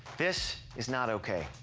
this is not ok.